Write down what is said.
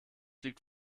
liegt